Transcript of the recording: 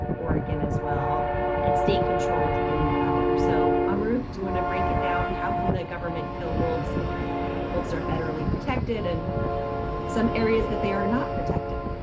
oregon as well and state controlled in the other? so amaroq, do you wanna break it down? how can the government kill wolves if wolves are federally protected, and some areas that they are not protected?